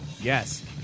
Yes